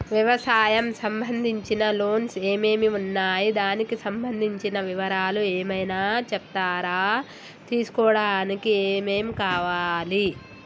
వ్యవసాయం సంబంధించిన లోన్స్ ఏమేమి ఉన్నాయి దానికి సంబంధించిన వివరాలు ఏమైనా చెప్తారా తీసుకోవడానికి ఏమేం కావాలి?